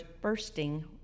bursting